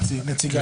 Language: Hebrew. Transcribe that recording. נמצא כאן נציגו.